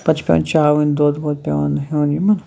پَتہٕ چھِ پیٚوان چاوٕنۍ دۄد وۄد پیٚوان ہیٚون یِمَن